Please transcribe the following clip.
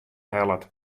hellet